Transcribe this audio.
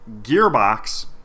Gearbox